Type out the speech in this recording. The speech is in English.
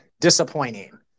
disappointing